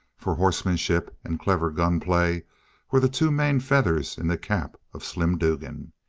for horsemanship and clever gunplay were the two main feathers in the cap of slim dugan.